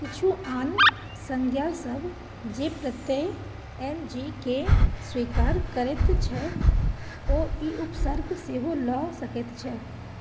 किछु आन संज्ञासभ जे प्रत्यय एन जी के स्वीकार करैत छै ओ ई उपसर्ग सेहो लऽ सकैत छै